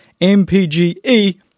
MPGE